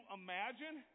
imagine